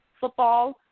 football